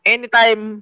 Anytime